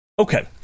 Okay